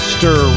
Stir